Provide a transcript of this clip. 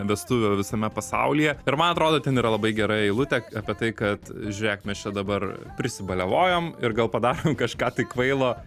vestuvių visame pasaulyje ir man atrodo ten yra labai gera eilutė apie tai kad žiūrėk mes čia dabar prisibaliavojom ir gal padarom kažką tai kvailo